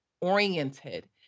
oriented